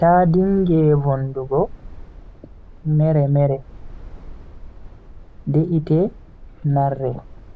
Ta dinge vondugo mere-mere, de'ite narre.